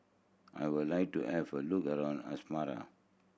I would like to have a look around Asmara